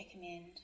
recommend